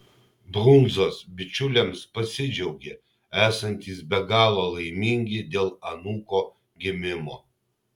brundzos bičiuliams pasidžiaugė esantys be galo laimingi dėl anūko gimimo